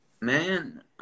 Man